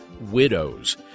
widows